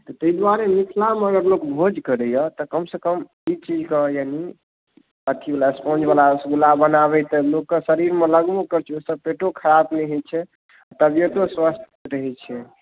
ताहि दुआरे मिथिलामे अगर लोक भोज करैया तऽ कम से कम ई चीजके यानी अथी स्पोंज बला रसगुल्ला बनाबै तऽ लोक कऽ शरीरमे लगबो करैत छनि ओहिसँ पेटो खराब नहि होयत छै तबियतो स्वस्थ रहैत छै